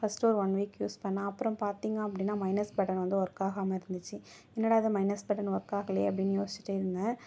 first ஒரு one week use பண்ணேன் அப்புறோம் பார்த்திங்க அப்படின்னா மைனஸ் பட்டன் வந்து ஒர்க் ஆகாமல் இருந்துச்சு என்னடா இது மைனஸ் பட்டன் ஒர்க் ஆகலையே அப்படின்னு யோஸ்ச்சிட்டே இருந்தேன்